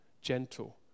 gentle